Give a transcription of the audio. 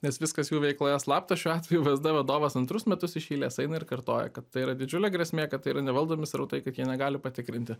nes viskas jų veikloje slapta šiuo atveju vsd vadovas antrus metus iš eilės eina ir kartoja kad tai yra didžiulė grėsmė kad tai yra nevaldomi srautai kad jie negali patikrinti